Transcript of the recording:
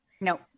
No